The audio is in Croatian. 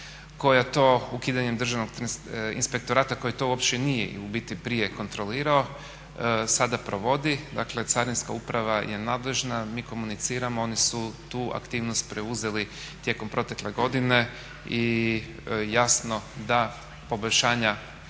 koja to ukidanjem Državnog inspektorata koji to uopće nije u biti prije kontrolirao sada provodi. Dakle, Carinska uprava je nadležna, mi komuniciramo, oni su tu aktivnost preuzeli tijekom protekle godine i jasno da prostora